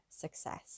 success